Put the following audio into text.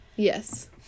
Yes